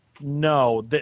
No